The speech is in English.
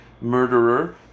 murderer